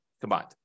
combined